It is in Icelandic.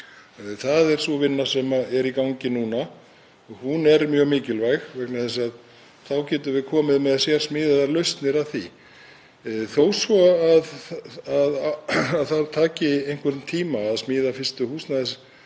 Það er sú vinna sem er í gangi núna og hún er mjög mikilvæg vegna þess að þá getum við komið með sérsmíðaðar lausnir. Þó svo að það taki einhvern tíma að smíða fyrstu